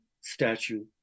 statue